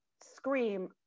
scream